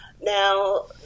Now